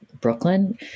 Brooklyn